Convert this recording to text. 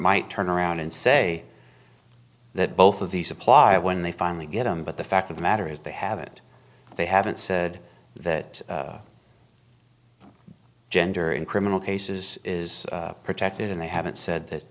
might turn around and say that both of these apply when they finally get him but the fact of the matter is they haven't they haven't said that gender in criminal cases is protected and they haven't said that